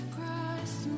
Christ